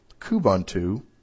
Kubuntu